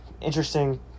Interesting